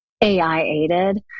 AI-aided